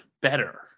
better